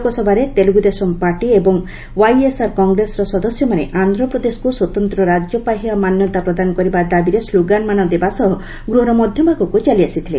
ଲୋକସଭାରେ ତେଲୁଗୁଦେଶମ୍ ପାର୍ଟି ଏବଂ ଓ୍ୱାଇଏସ୍ଆର୍ କଂଗ୍ରେସର ସଦସ୍ୟମାନେ ଆନ୍ଧ୍ରପ୍ରଦେଶକୁ ସ୍ୱତନ୍ତ୍ର ରାଜ୍ୟ ପାହ୍ୟା ମାନ୍ୟତା ପ୍ରଦାନ କରିବା ଦାବିରେ ସ୍କୋଗାନମାନ ଦେବା ସହ ଗୃହର ମଧ୍ୟଭାଗକୁ ଚାଲିଆସିଥିଲେ